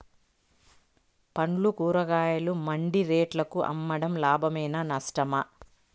పండ్లు కూరగాయలు మండి రేట్లకు అమ్మడం లాభమేనా నష్టమా?